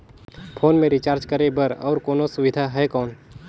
Phone मे recharge करे बर और कोनो सुविधा है कौन?